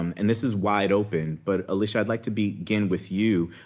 um and this is wide-open, but alicia, i'd like to begin with you.